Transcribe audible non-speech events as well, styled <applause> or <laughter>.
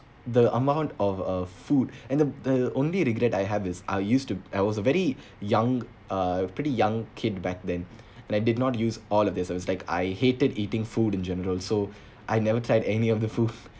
the amount of uh food <breath> and then the only regret I have is I used to I was very <breath> young uh pretty young kid back and I did not use all of this I was like I hated eating food in general so <breath> I never tried any of the food <laughs>